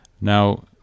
Now